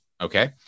Okay